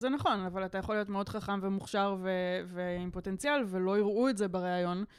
זה נכון, אבל אתה יכול להיות מאוד חכם ומוכשר ועם פוטנציאל, ולא יראו את זה בריאיון.